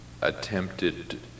attempted